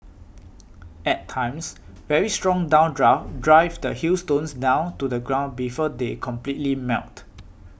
at times very strong downdrafts drive the hailstones down to the ground before they completely melt